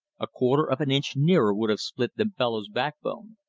a quarter of an inch nearer would have split the fellow's backbone.